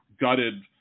gutted